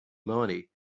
money